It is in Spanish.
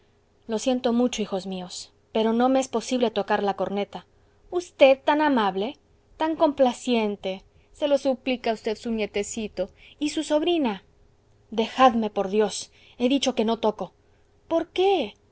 lo siento mucho hijos míos pero no me es posible tocar la corneta usted tan amable tan complaciente se lo suplica a v su nietecito y su sobrina dejadme por dios he dicho que no toco por qué